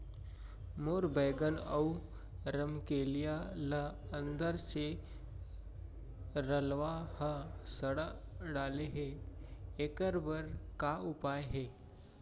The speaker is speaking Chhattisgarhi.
मोर बैगन अऊ रमकेरिया ल अंदर से लरवा ह सड़ा डाले हे, एखर बर का उपचार हे?